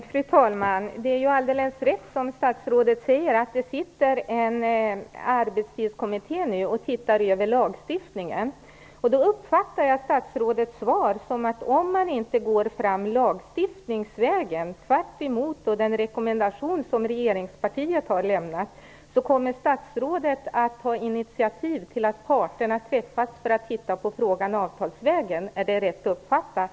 Fru talman! Det är helt rätt, som statsrådet säger, att det nu sitter en arbetstidskommitté och tittar över lagstiftningen. Då uppfattar jag statsrådets svar så, att om man inte går fram lagstiftningsvägen - tvärtemot den rekommendation som regeringspartiet har lämnat - kommer statsrådet att ta initiativ till att parterna träffas för att titta på frågan avtalsvägen. Är det rätt uppfattat?